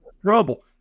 trouble